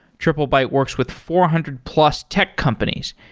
triplebyte works with four hundred plus tech companies,